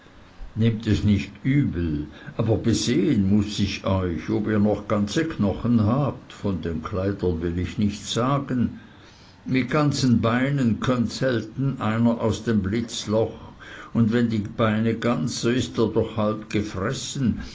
nehmt es nicht übel aber besehen muß ich euch ob ihr noch ganze knochen habt von den kleidern will ich nichts sagen mit ganzen beinen kömmt selten einer aus dem blitzloch oder wenn die beine ganz so ist er doch halb gefressen